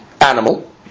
animal